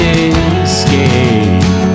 escape